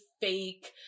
fake